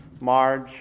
Marge